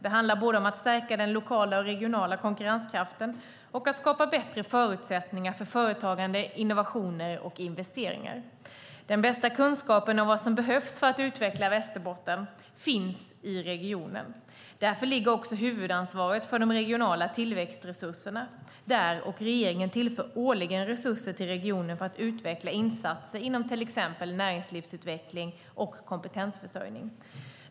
Det handlar både om att stärka den lokala och regionala konkurrenskraften och om att skapa bättre förutsättningar för företagande, innovationer och investeringar. Den bästa kunskapen om vad som behövs för att utveckla Västerbotten finns i regionen. Därför ligger också huvudansvaret för de regionala tillväxtresurserna där, och regeringen tillför årligen resurser till regionen för att utveckla insatser inom till exempel näringslivsutveckling och kompetensförsörjning.